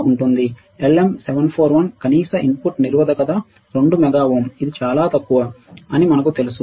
LM741 కనీస input నిరోధకత 2 mega ohm ఇది చాలా తక్కువ అని మనకు తెలుసు